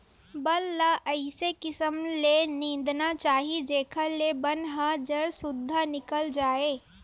बन ल अइसे किसम ले निंदना चाही जेखर ले बन ह जर सुद्धा निकल जाए